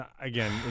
Again